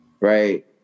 right